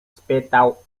spytał